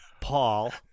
Paul